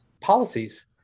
policies